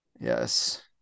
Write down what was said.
Yes